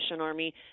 Army